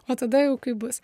o tada jau kaip bus